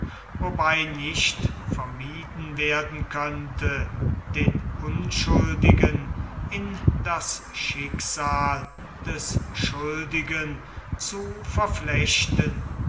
wobei nicht vermieden werden könnte den unschuldigen in das schicksal des schuldigen zu verflechten